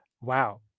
Wow